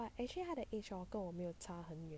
but actually 她的 age 没有跟我差很远